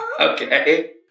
Okay